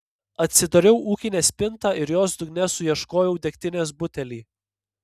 atsidariau ūkinę spintą ir jos dugne suieškojau degtinės butelį